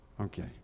Okay